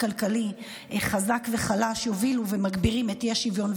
כלכלי חזק לחלש יובילו ומגבירים את האי-שוויון,